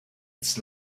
its